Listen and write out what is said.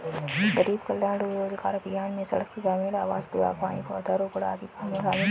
गरीब कल्याण रोजगार अभियान में सड़क, ग्रामीण आवास, बागवानी, पौधारोपण आदि काम शामिल है